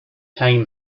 came